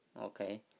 okay